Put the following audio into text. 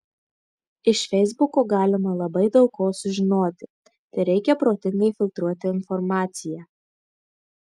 iš feisbuko galima labai daug ko sužinoti tereikia protingai filtruoti informaciją